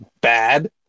bad